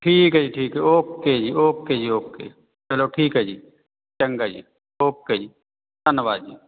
ਠੀਕ ਹੈ ਜੀ ਠੀਕ ਹੈ ਓਕੇ ਜੀ ਓਕੇ ਜੀ ਓਕੇ ਚਲੋ ਠੀਕ ਹੈ ਜੀ ਚੰਗਾ ਜੀ ਓਕੇ ਜੀ ਧੰਨਵਾਦ ਜੀ